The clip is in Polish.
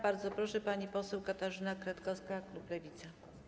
Bardzo proszę, pani poseł Katarzyna Kretkowska, klub Lewica.